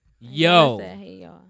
Yo